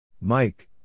Mike